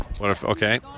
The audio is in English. Okay